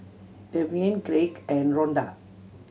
Devyn Craig and Ronda